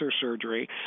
surgery